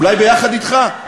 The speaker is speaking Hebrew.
אולי ביחד אתך,